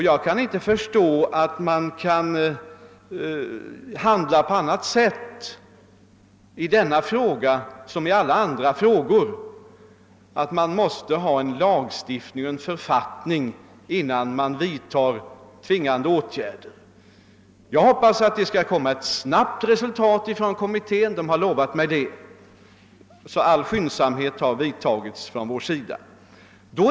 Jag kan inte förstå att man kan handla på annat sätt i denna fråga än i alla andra. Man måste ha en lagstiftning och en författning innan man kan vidta tvingande åtgärder. Jag hoppas att kommittén snabbt kan framlägga förslag — det har den lovat mig. Vi har alltså gjort vad vi kunnat för att skynda på denna fråga.